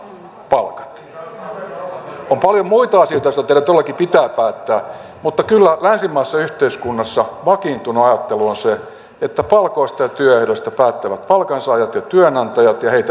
on paljon muita asioita joista teidän todellakin pitää päättää mutta kyllä länsimaisessa yhteiskunnassa vakiintunut ajattelu on se että palkoista ja työehdoista päättävät palkansaajat ja työnantajat ja heitä edustavat järjestöt